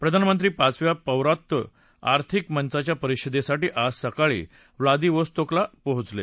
प्रधानमंत्री पाचव्या पौर्वत्य आर्थिक मंचाच्या परिषदेसाठी आज सकाळी च्लादिवोस्तोकला पोहचले